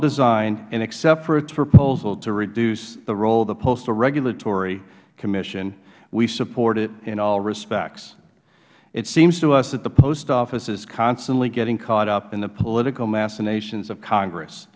designed and except for its proposal to reduce the role of the postal regulatory commission we support it in all respects it seems to us that the post office is constantly getting caught up in the political machinations of congress